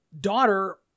daughter